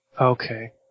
Okay